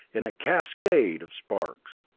in a cascade of sparks.